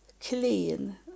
clean